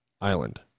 island